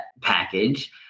package